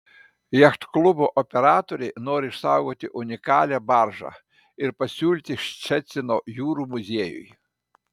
jachtklubo operatoriai nori išsaugoti unikalią baržą ir pasiūlyti ščecino jūrų muziejui